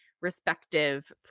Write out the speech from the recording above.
respective